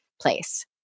place